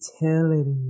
Utility